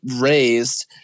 raised